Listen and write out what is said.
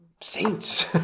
saints